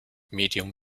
medium